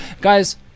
guys